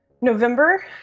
November